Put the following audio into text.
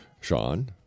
Sean